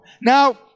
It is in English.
Now